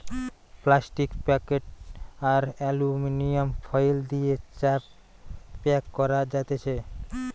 plastic packet আর aluminium foil দিয়ে চা প্যাক করা যাতেছে